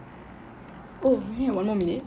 oh ya one more minute